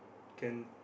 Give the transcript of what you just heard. can